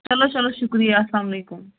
چلو چلو شُکریہ اَسلامُ علیکُم